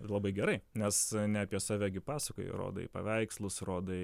labai gerai nes ne apie save gi pasakoji rodai paveikslus rodai